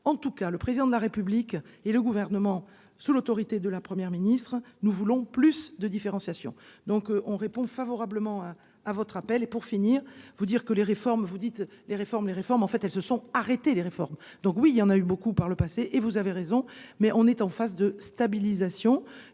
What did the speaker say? en tout cas le président de la République et le gouvernement sous l'autorité de la Première ministre. Nous voulons plus de différenciation donc on répond favorablement à votre appel et pour finir, vous dire que les réformes, vous dites les réformes les réformes en fait elles se sont arrêtées les réformes donc oui il y en a eu beaucoup par le passé et vous avez raison mais on est en phase de stabilisation